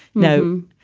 no.